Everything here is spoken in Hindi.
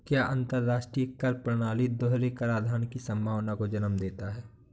क्या अंतर्राष्ट्रीय कर प्रणाली दोहरे कराधान की संभावना को जन्म देता है?